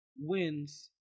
wins